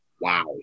Wow